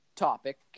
topic